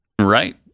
Right